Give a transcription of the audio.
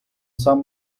сам